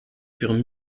furent